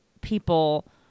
people